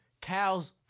cows